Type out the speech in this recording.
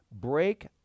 break